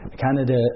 Canada